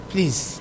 Please